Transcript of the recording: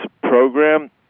program